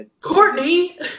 Courtney